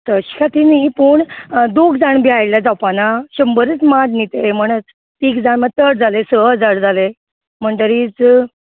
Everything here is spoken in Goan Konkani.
तशें खाती न्ही पूण दोग जाण बी आयल्या जावपा ना शंबरच माड नी ते म्हणत तीग जाण मा चड जाले स हजार जाले म्हणटरीच